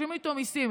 משלמים איתו מיסים,